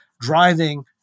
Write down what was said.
driving